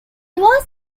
was